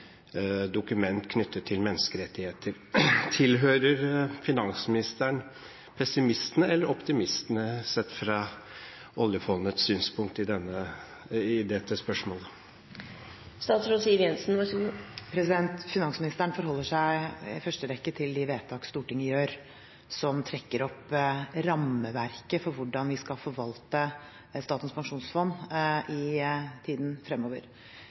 dokument knyttet til menneskerettigheter. Tilhører finansministeren pessimistene eller optimistene sett fra oljefondets synspunkt i dette spørsmålet? Finansministeren forholder seg i første rekke til de vedtak Stortinget gjør, som trekker opp rammeverket for hvordan vi skal forvalte Statens pensjonsfond i tiden fremover.